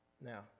Now